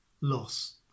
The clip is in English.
loss